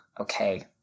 okay